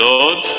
Lord